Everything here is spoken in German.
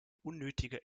unnötiger